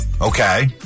Okay